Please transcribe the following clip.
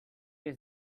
dela